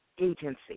agency